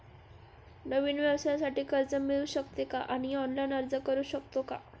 नवीन व्यवसायासाठी कर्ज मिळू शकते का आणि ऑनलाइन अर्ज करू शकतो का?